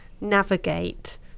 navigate